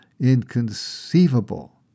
inconceivable